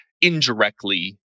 indirectly